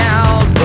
out